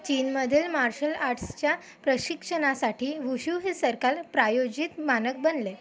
चीनमधील मार्शल आर्ट्सच्या प्रशिक्षणासाठी वुशू हे सरकार प्रायोजित मानक बनले